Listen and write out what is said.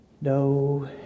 No